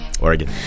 Oregon